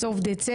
מתי זה